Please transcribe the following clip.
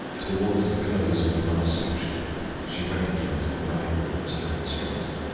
towards the close of the last section she recognized the bridegroom as her instructor.